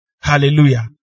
Hallelujah